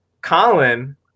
Colin